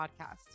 podcast